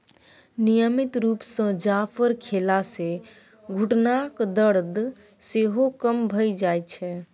नियमित रुप सँ जाफर खेला सँ घुटनाक दरद सेहो कम भ जाइ छै